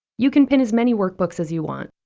you can pin as many workbooks as you want.